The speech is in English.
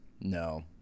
no